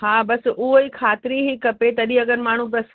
हा बसि उहो ई ख़ातर ई खपे तॾहिं अगरि माण्हू बसि